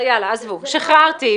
שחררתי.